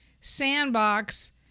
Sandbox